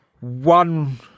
one